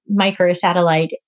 microsatellite